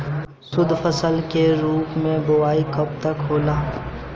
शुद्धफसल के रूप में बुआई कब तक होला?